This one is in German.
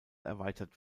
erweitert